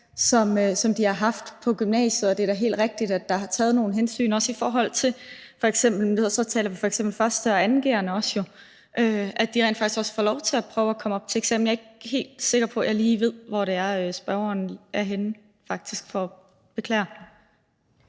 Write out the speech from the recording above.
som de har haft på gymnasiet, og det er da helt rigtigt, at der er taget nogle hensyn, også i forhold til f.eks. 1. og 2. g'erne, altså at de rent faktisk også får lov til at prøve at komme op til eksamen. Jeg er ikke helt sikker på, at jeg lige ved, hvor det er, spørgerne faktisk vil hen – beklager.